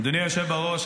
אדוני היושב בראש,